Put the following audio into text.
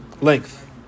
length